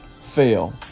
fail